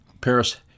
Paris